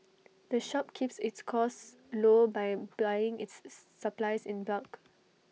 the shop keeps its costs low by buying its supplies in bulk